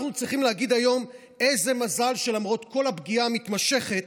אנחנו צריכים להגיד היום: איזה מזל שלמרות כל הפגיעה המתמשכת,